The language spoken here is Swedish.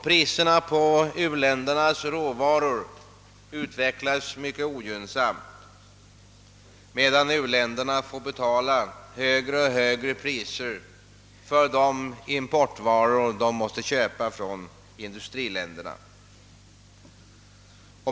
Priserna på u-ländernas råvaror utvecklas mycket ogynnsamt, medan u-länderna får betala allt högre priser för de importvaror som de måste köpa från industriländerna.